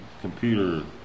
computer